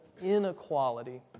inequality